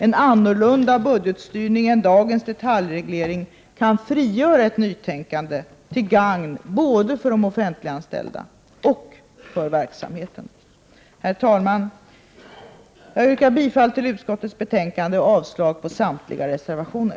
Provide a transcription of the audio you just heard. En annorlunda budgetstyrning än dagens detaljreglering kan frigöra ett nytänkande till gagn både för de offentliganställda och för verksamheten. Herr talman! Jag yrkar bifall till utskottets hemställan och avslag på samtliga reservationer.